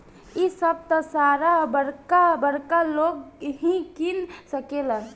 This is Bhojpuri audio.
इ सभ त सारा बरका बरका लोग ही किन सकेलन